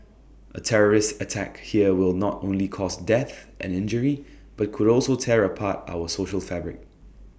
A terrorist attack here will not only cause death and injury but could also tear apart our social fabric